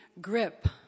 grip